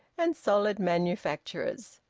and solid manufacturers,